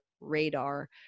radar